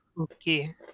Okay